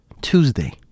Tuesday